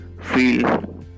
feel